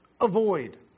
Avoid